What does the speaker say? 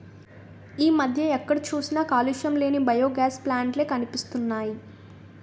ఈ మధ్య ఎక్కడ చూసినా కాలుష్యం లేని బయోగాస్ ప్లాంట్ లే కనిపిస్తున్నాయ్